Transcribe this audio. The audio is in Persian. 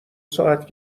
ساعت